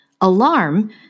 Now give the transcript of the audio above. alarm